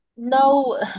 No